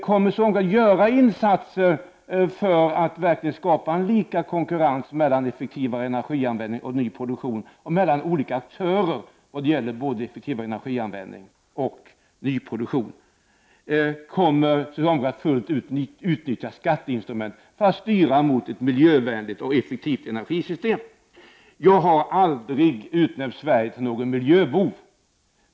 Kommer socialdemokraterna att göra insatser för att skapa lika konkurrens mellan effektivare energianvändning och nyproduktion och mellan olika aktörer? Kommer socialdemokraterna att fullt ut utnyttja skatteinstrumentet för att styra mot ett miljövänligt och effektivt energisystem? Jag har aldrig utnämnt Sverige till någon miljöbov.